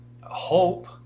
hope